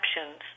options